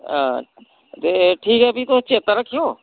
हां ते ठीक ऐ फ्ही तुस चेत्ता रक्खेओ